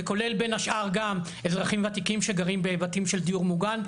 וכולל בין השאר גם אזרחים ותיקים שגרים בבתים של דיור מוגן.